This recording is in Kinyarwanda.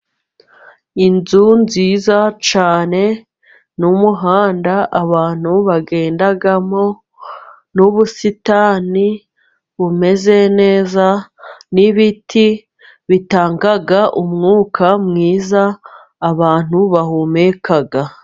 Inzu nziza cyane n'umuhanda abantu bagendamo, n'ubusitani bumeze neza, n'ibiti bitanga umwuka mwiza abantu bahumeka.